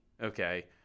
okay